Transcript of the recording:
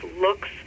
looks